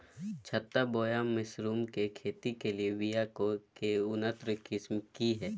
छत्ता बोया मशरूम के खेती के लिए बिया के उन्नत किस्म की हैं?